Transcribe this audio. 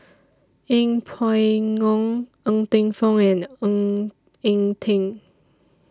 Yeng Pway Ngon Ng Teng Fong and Ng Eng Teng